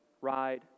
ride